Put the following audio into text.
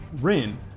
Rin